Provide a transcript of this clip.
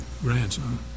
grandson